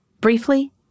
briefly